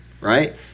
right